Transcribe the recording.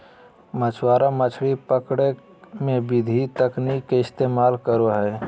मछुआरा मछली पकड़े में विभिन्न तकनीक के इस्तेमाल करो हइ